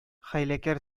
хәйләкәр